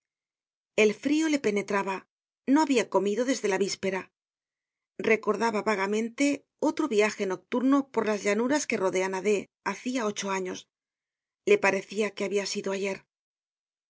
el frio le penetraba no habia comido desde la víspera recordaba vagamente otro viaje nocturno por las llanuras que rodean á d hacia ocho años le parecia que habia sido ayer